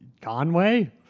Conway